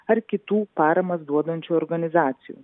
ar kitų paramą duodančių organizacijų